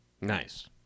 Nice